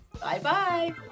bye-bye